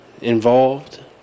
involved